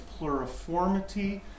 pluriformity